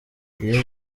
iyo